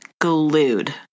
glued